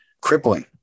crippling